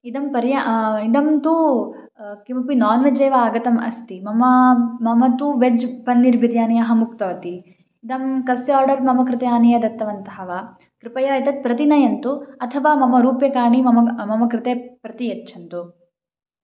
इदं पर्य इदं तु किमपि नान् वेज् एव अगतम् अस्ति ममा मम तु वेज् पन्निर् बिर्यानि अहम् उक्तवती इदं कस्य आडर् मम कृते आनीय दत्तवन्तः वा कृपया एतत् प्रतिनयन्तु अथवा मम रूप्यकाणि मम मम कृते प्रति यच्छन्तु